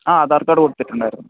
ആ ആധാർ കാർഡ് കൊടുത്തിട്ടുണ്ടായിരുന്നു